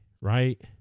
Right